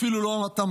אפילו לא אתה,